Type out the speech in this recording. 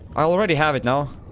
already have it no?